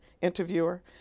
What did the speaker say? interviewer